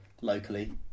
locally